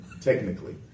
technically